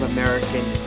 American